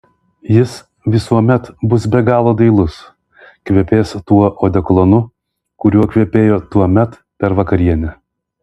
jis visuomet bus be galo dailus kvepės tuo odekolonu kuriuo kvepėjo tuomet per vakarienę